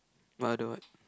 what other what